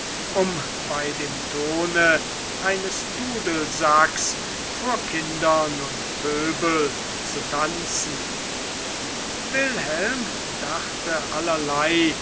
um bei dem tone eines dudelsacks vor kindern und pöbel zu tanzen wilhelm dachte allerlei